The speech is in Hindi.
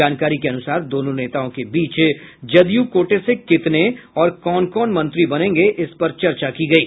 जानकारी के अनुसार दोनों नेताओं के बीच जदयू कोटे से कितने और कौन कौन मंत्री बनेंगे इसपर चर्चा की गयी